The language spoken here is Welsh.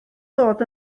dod